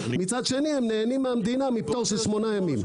מצד שני הם נהנים מהמדינה מפטור של שמונה ימים.